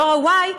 דור ה-y,